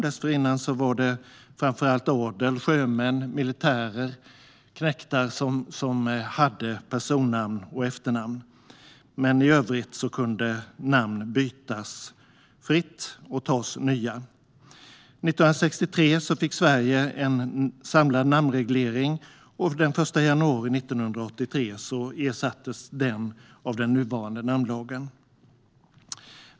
Dessförinnan var det framför allt adel, sjömän, militärer och knektar som hade personnamn och efternamn, men i övrigt kunde namn bytas fritt och nya tas. År 1963 fick Sverige en samlad namnreglering. Den 1 januari 1983 ersattes den av den nuvarande namnlagen.